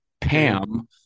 Pam